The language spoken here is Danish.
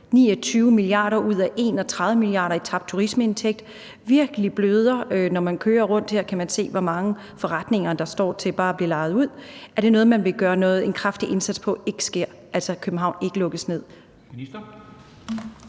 29 mia. kr. ud af 31 mia. kr. i turismeindtægter og virkelig bløder. Når man kører rundt, kan man se, hvor mange forretninger der står til bare at blive lejet ud. Vil man gøre en kraftig indsats for, at København ikke lukkes ned? Kl.